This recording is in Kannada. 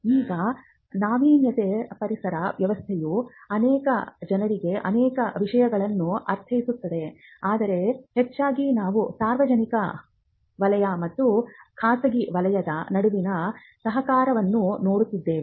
ಈಗ ನಾವೀನ್ಯತೆ ಪರಿಸರ ವ್ಯವಸ್ಥೆಯು ಅನೇಕ ಜನರಿಗೆ ಅನೇಕ ವಿಷಯಗಳನ್ನು ಅರ್ಥೈಸುತ್ತದೆ ಆದರೆ ಹೆಚ್ಚಾಗಿ ನಾವು ಸಾರ್ವಜನಿಕ ವಲಯ ಮತ್ತು ಖಾಸಗಿ ವಲಯದ ನಡುವಿನ ಸಹಕಾರವನ್ನು ನೋಡುತ್ತಿದ್ದೇವೆ